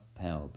power